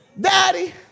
Daddy